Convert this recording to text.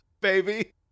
Baby